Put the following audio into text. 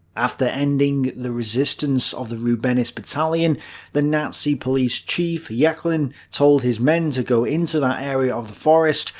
after ending the resistance of the rubenis battalion the nazi police chief jeckeln told his men to go into that area of the forest,